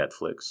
Netflix